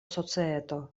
societo